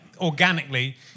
organically